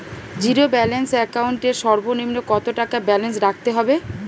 Zero balance account এর সর্বনিম্ন কত টাকা ব্যালেন্স রাখতে হবে?